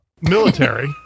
military